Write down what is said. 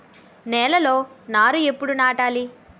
నేలలో నారు ఎప్పుడు నాటాలి?